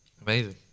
Amazing